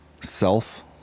self